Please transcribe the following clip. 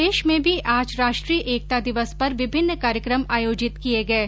प्रदेश में भी आज राष्ट्रीय एकता दिवस पर विभिन्न कार्यक्रम आयोजित किये गये